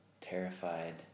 terrified